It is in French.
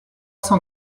cent